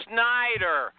Snyder